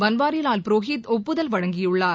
பன்வாரிவால் புரோஹித் ஒப்புதல் வழங்கியுள்ளார்